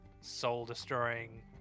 soul-destroying